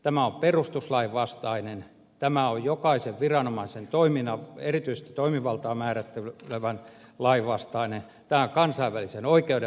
tämä on perustuslain vastaista tämä on jokaisen viranomaisen erityistä toimivaltaa määrittelevän lain vastaista tämä on kansainvälisen oikeuden vastaista